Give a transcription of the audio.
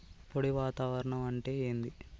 పొడి వాతావరణం అంటే ఏంది?